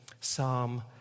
Psalm